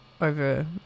over